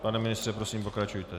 Pane ministře, prosím, pokračujte.